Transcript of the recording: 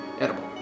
edible